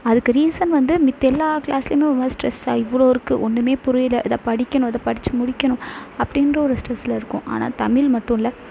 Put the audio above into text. அதுக்கு ரீசன் வந்து மத்த எல்லா கிளாஸ்லேயுமே ஒரு மாதிரி ஸ்ட்ரெஸ்ஸாக இவ்வளோ இருக்குது ஒன்றுமே புரியல இதை படிக்கணும் இதை படிச்சு முடிக்கணும் அப்படின்ற ஒரு ஸ்ட்ரெஸ்சில் இருக்கும் ஆனால் தமிழ் மட்டும் இல்லை